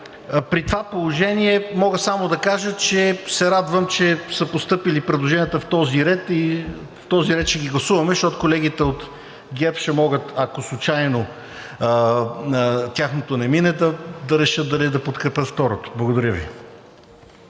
При това положение мога само да кажа, че се радвам, че са постъпили предложенията в този ред и в този ред ще ги гласуваме, защото колегите от ГЕРБ ще могат, ако случайно тяхното не мине, да решат дали да подкрепят второто. Благодаря Ви.